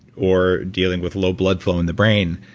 or dealing with low blood flow in the brain,